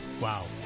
Wow